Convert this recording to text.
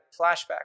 flashback